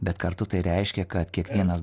bet kartu tai reiškia kad kiekvienas